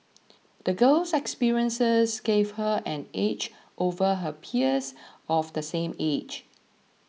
the girl's experiences gave her an edge over her peers of the same age